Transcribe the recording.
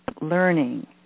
learning